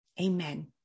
Amen